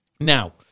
Now